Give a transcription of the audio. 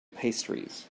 pastries